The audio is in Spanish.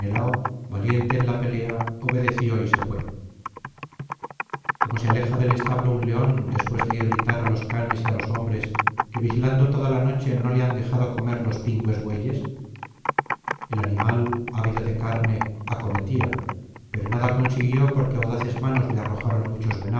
valiente en la pelea obedeció y se fué como se aleja del establo un león después de irritar á los canes y á los hombres que vigilando toda la noche no le han dejado comer los pingües bueyes el animal ávido de carne acometía pero nada consiguió porque audaces manos le arrojaron muchos